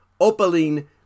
opaline